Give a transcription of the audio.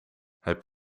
heb